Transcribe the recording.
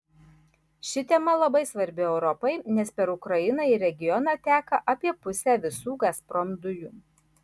ši tema labai svarbi europai nes per ukrainą į regioną teka apie pusę visų gazprom dujų